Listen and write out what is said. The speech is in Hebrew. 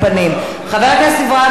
חבר הכנסת אברהם מיכאלי.